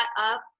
up